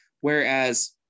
Whereas